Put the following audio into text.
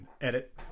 edit